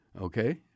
Okay